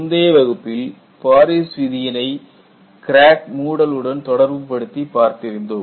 முந்தைய வகுப்பில் பாரிஸ் விதியினை கிராக் மூடல் உடன் தொடர்புபடுத்தி பார்த்திருந்தோம்